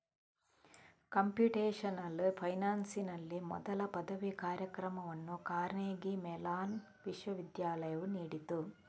computational ಫೈನಾನ್ಸಿನಲ್ಲಿ ಮೊದಲ ಪದವಿ ಕಾರ್ಯಕ್ರಮವನ್ನು ಕಾರ್ನೆಗೀ ಮೆಲಾನ್ ವಿಶ್ವವಿದ್ಯಾಲಯವು ನೀಡಿತು